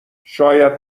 شاید